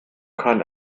keinen